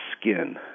skin